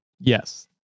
Yes